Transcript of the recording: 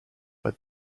but